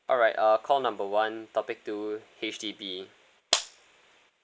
alright uh call number one topic two H_D_B